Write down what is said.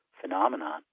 phenomenon